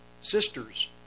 sisters